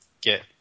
get